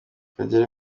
kagere